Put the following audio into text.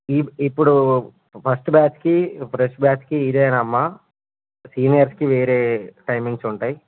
ఈప్ ఇప్పుడు ఫస్ట్ బ్యాచ్కి ఫ్రెష్ బ్యాచ్కి ఇదేనమ్మ సీనియర్స్కి వేరే టైమింగ్స్ ఉంటాయి